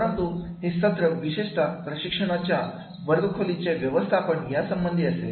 परंतु हे सत्र विशेषता प्रशिक्षणाच्या वर्गखोली चे व्यवस्थापन यासंबंधी असेल